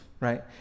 right